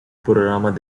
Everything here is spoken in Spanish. programas